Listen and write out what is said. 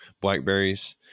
blackberries